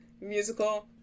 musical